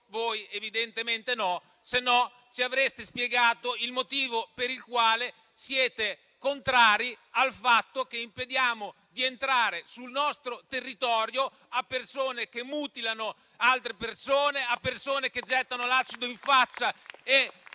voi evidentemente no, altrimenti ci avreste spiegato il motivo per il quale siete contrari al fatto che impediamo che entrino sul nostro territorio a persone che mutilano altre persone, persone che gettano l'acido in faccia e